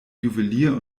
juwelier